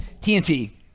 TNT